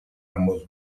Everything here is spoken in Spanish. ambos